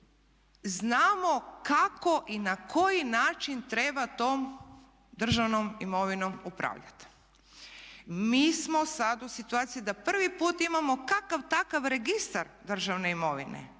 znamo kako i na koji način treba tom državnom imovinom upravljati. Mi smo sada u situaciji da prvi put imamo kakav takav registar državne imovine,